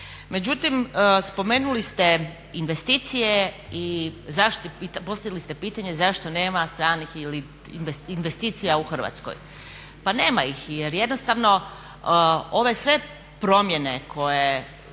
Međutim, spomenuli ste investicije i postavili ste pitanje zašto nema stranih ili investicija u Hrvatskoj. Pa nema ih jer jednostavno ove sve promjene o